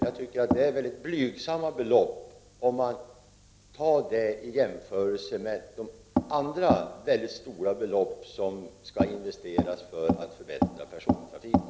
Det är väl ett blygsamt belopp om man jämför det med andra mycket stora belopp som skall investeras för att förbättra persontrafiken?